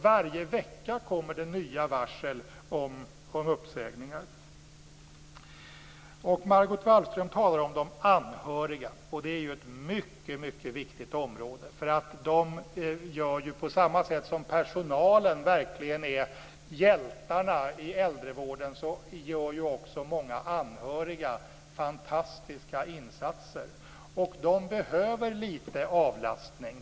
Varje vecka kommer det nya varsel om uppsägningar. Margot Wallström talar om de anhöriga. Det är ett mycket viktigt område. På samma sätt som personalen verkligen är hjältarna i äldrevården, gör ju också många anhöriga fantastiska insatser. De behöver litet avlastning.